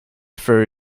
for